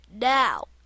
Now